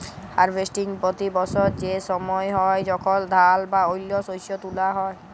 harvesting পতি বসর সে সময় হ্যয় যখল ধাল বা অল্য শস্য তুলা হ্যয়